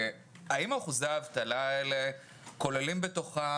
האם אחוזי האבטלה האלה כוללים בתוכם